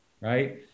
right